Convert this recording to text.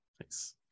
thanks